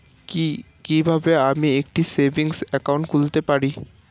কি কিভাবে আমি একটি সেভিংস একাউন্ট খুলতে পারি?